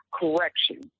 correction